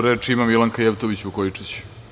Reč ima Milanka Jevtović Vukojičić.